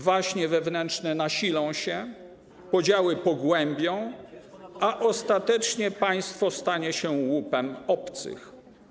Waśnie wewnętrzne nasilą się, podziały pogłębią, a ostatecznie państwo stanie się łupem obcych.